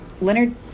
Leonard